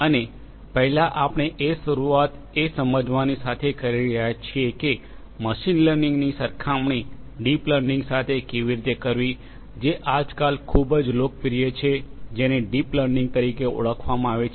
અને પહેલા આપણે એ શરૂઆત એ સમજવાની સાથે કરી રહ્યા છીએ કે મશીન લર્નિંગની સરખામણી ડીપ લર્નિંગ સાથે કેવી રીતે કરવી જે આજકાલ ખૂબ જ લોકપ્રિય છે જેને ડીપ લર્નિંગ તરીકે ઓળખવામાં આવે છે